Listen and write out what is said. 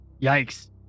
Yikes